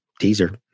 Teaser